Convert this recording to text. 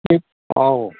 औ